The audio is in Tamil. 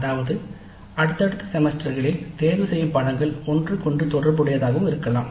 அதாவது அடுத்தடுத்த செமஸ்டர்களில் தேர்வுகள் ஒன்றுக்கொன்று தொடர்பு உடையதாகவும் இருக்கலாம்